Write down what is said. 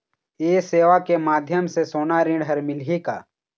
ये सेवा के माध्यम से सोना ऋण हर मिलही का?